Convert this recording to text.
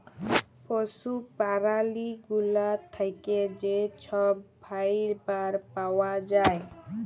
পশু প্যারালি গুলা থ্যাকে যে ছব ফাইবার পাউয়া যায়